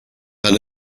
but